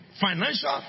financial